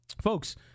folks